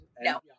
No